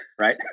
right